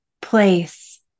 place